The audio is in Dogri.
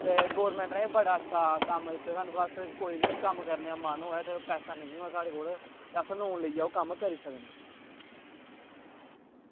ते गोरमेंट ने एह् बड़ा अच्छा कम्म कीते दा सानू बस कोई बी कम्म करने दा मन होऐ ते पैसा नेईं होऐ साढ़े कोल ते अस लोन लेइयै ओह् कम्म करी सकनें